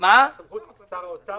סמכות שר האוצר